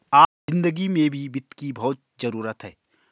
आम जिन्दगी में भी वित्त की बहुत जरूरत है